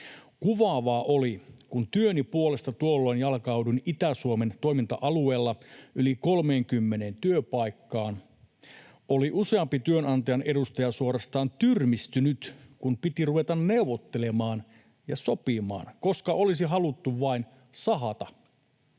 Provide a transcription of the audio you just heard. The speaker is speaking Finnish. Kuvaavaa oli, että kun työni puolesta tuolloin jalkauduin Itä-Suomen toiminta-alueella yli 30 työpaikkaan, oli useampi työnantajan edustaja suorastaan tyrmistynyt, kun piti ruveta neuvottelemaan ja sopimaan, koska olisi haluttu vain sahata.